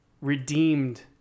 redeemed